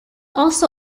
also